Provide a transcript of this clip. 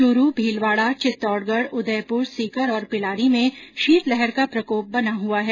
चूरू भीलवाड़ा चित्तौड़गढ उदयपुर सीकर और पिलानी में शीतलहर का प्रकोप बना हुआ है